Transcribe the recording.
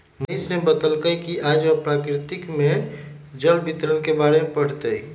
मनीष ने बतल कई कि आज वह प्रकृति में जल वितरण के बारे में पढ़ तय